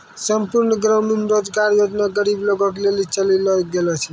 संपूर्ण ग्रामीण रोजगार योजना गरीबे लोगो के लेली चलैलो गेलो छै